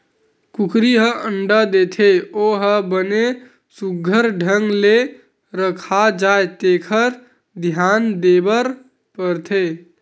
कुकरी ह अंडा देथे ओ ह बने सुग्घर ढंग ले रखा जाए तेखर धियान देबर परथे